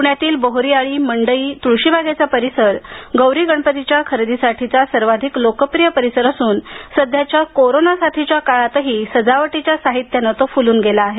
पूण्यातील बोहरी आळी आणि मंडई तूळशीबागेचा परिसर गौरी गणपतीच्या खरेदीसाठीचा सर्वाधिक लोकप्रिय परिसर असून सध्याच्या कोरोना साथीच्या काळातही सजावटीच्या साहित्यानं तो फुलून गेला आहे